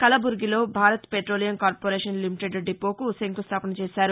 కలబుర్గిలో Bharat petroleum corporation limited డిపోకు శంకుస్దాపన చేశారు